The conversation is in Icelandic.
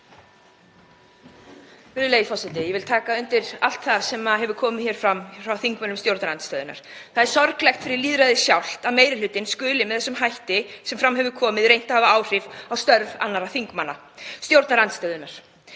Það er sorglegt fyrir lýðræðið sjálft að meiri hlutinn skuli með þeim hætti sem fram hefur komið hafa reynt að hafa áhrif á störf þingmanna